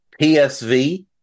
PSV